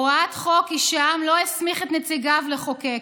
הוראת חוק היא שהעם לא הסמיך את נציגיו לחוקק.